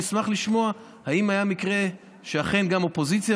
אני אשמח לשמוע אם היה מקרה שאכן גם האופוזיציה